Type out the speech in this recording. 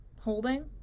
holding